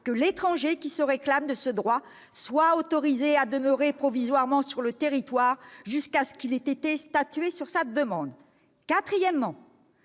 que l'étranger qui se réclame de ce droit soit autorisé à demeurer provisoirement sur le territoire jusqu'à ce qu'il ait été statué sur sa demande. » Quatrièmement,